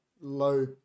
low